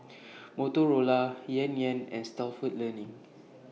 Motorola Yan Yan and Stalford Learning